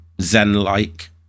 zen-like